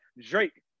Drake